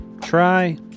try